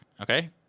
okay